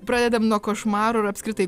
pradedam nuo košmarų ir apskritai